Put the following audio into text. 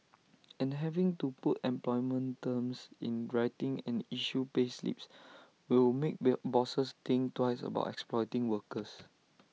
and having to put employment terms in writing and issue payslips will make bill bosses think twice about exploiting workers